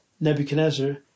Nebuchadnezzar